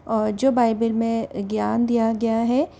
और जो बाइबिल में ज्ञान दिया गया है